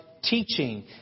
Teaching